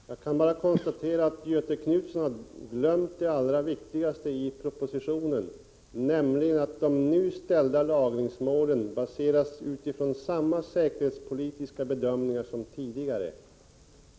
Herr talman! Jag kan bara konstatera att Göthe Knutson har glömt det allra viktigaste i propositionen, nämligen att de nu ställda lagringsmålen baseras på samma säkerhetspolitiska bedömningar som tidigare.